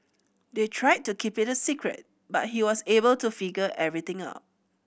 they tried to keep it a secret but he was able to figure everything out